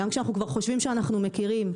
גם כשאנחנו כבר חושבים שאנחנו מכירים,